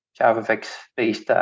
JavaFX-based